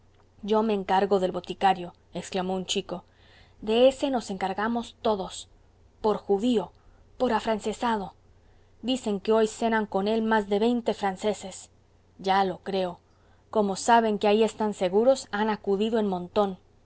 yo me encargo del boticario exclamó un chico de ése nos encargamos todos por judío por afrancesado dicen que hoy cenan con él más de veinte franceses ya lo creo como saben que ahí están seguros han acudido en montón